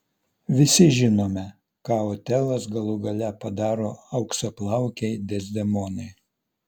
visi žinome ką otelas galų gale padaro auksaplaukei dezdemonai